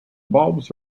bulbs